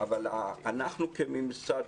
אבל אנחנו כממסד,